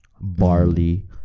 Barley